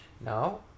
now